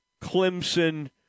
Clemson